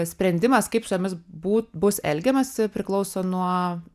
sprendimas kaip su jumis bū bus elgiamasi priklauso nuo